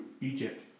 Egypt